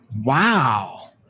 wow